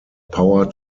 power